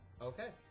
Okay